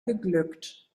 geglückt